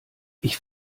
ich